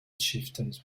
chieftains